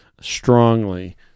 strongly